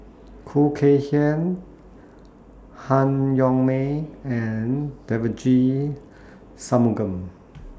Khoo Kay Hian Han Yong May and Devagi Sanmugam